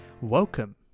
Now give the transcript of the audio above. Welcome